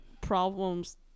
problems